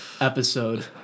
episode